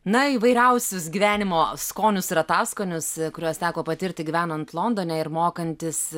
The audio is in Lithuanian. na įvairiausius gyvenimo skonius ir ataskonius kuriuos teko patirti gyvenant londone ir mokantis